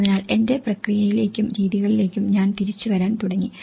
അതിനാൽ എന്റെ പ്രക്രിയയിലേക്കും രീതികളിലേക്കും ഞാൻ തിരിച്ചുവരൻ തുടങ്ങി